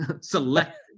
select